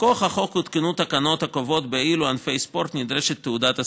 מכוח החוק הותקנו תקנות הקובעות באילו ענפי ספורט נדרשת תעודת הסמכה.